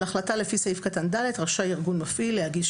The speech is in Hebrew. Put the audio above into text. על החלטה לפי סעיף קטן (ד) רשאי ארגון מפעיל להגיש